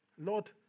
Lord